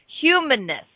humanness